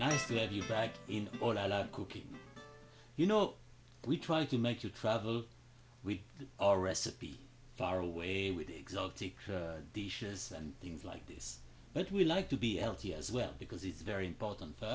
all i love cooking you know we try to make you travel we all recipes far away with exulting dishes and things like this but we like to be healthy as well because it's very important